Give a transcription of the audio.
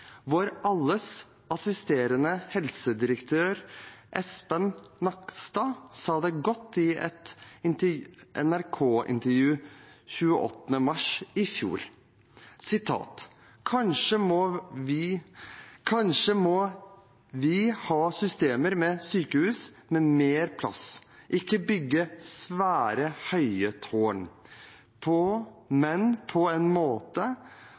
Vår alles assisterende helsedirektør Espen Nakstad sa det godt i et NRK-intervju 28. mars i fjor: «Kanskje må vi ha systemer med sykehus med mer plass, ikke bygge svære høye tårn, men på en måte